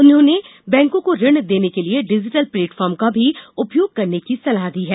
उसने बैंकों को ऋण देने के लिए डिजिटल प्लेटफॉर्म का भी उपयोग करने की सलाह दी है